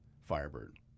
Firebird